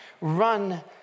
run